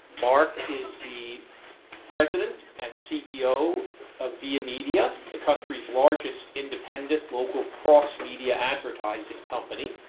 mark is the president and ceo of viamedia, the country's largest independent local cross-media advertising company.